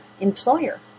employer